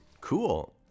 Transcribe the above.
Cool